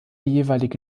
jeweilige